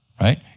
Right